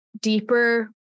deeper